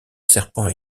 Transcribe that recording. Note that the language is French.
serpent